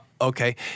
Okay